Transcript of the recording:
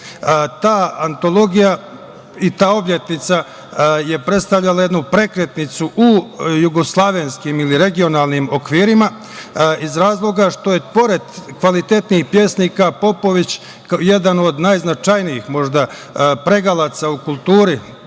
i tradicije. Ta obljetnica je predstavljala jednu prekretnicu u jugoslovenskim ili regionalnim okvirima iz razloga što je pored kvalitetnih pesnika, Popović jedan od najznačajnijih možda pregalaca u kulturi